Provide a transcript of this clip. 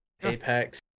Apex